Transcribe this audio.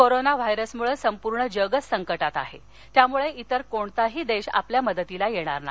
corona व्हायरसमुळं संपूर्ण जगच संकटात आह यामुळं इतर कोणताही दद्धी आपल्या मदतीला यध्विर नाही